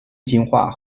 进化